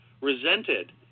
resented